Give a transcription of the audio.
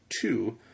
two